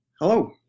Hello